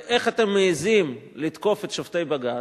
איך אתם מעזים לתקוף את שופטי בג"ץ?